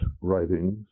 writings